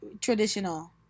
traditional